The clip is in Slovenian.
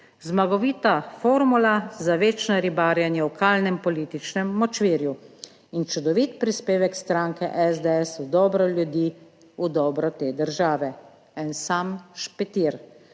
zmagovita formula za večno ribarjenje v kalnem političnem močvirju in čudovit prispevek stranke SDS v dobro ljudi, v dobro te države. En sam špetir,